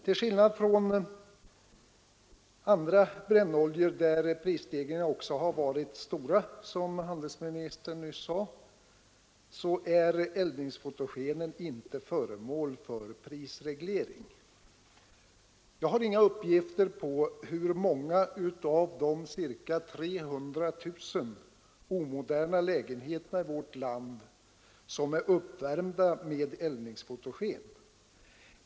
Till skillnad från andra brännoljor, för vilka prisstegringarna också — som handelsministern nyss sade — varit stora, är eldningsfotogenen inte föremål för prisreglering. Jag har inga uppgifter om hur många av de ca 300 000 omoderna lägenheterna i vårt land som är uppvärmda med eldningsfotogen.